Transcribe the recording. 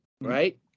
right